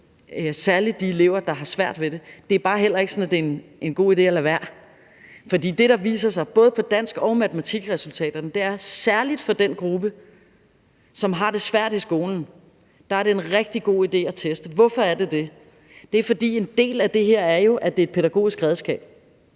særlig de elever, der har svært ved det; det er bare heller ikke sådan, at det er en god idé at lade være. For det, der viser sig, hvad angår både dansk- og matematikresultaterne, er, at særlig for den gruppe, som har det svært i skolen, er det en rigtig god idé at teste. Hvorfor er det det? Det er, fordi en del af det her jo vedrører, at det er et pædagogisk redskab,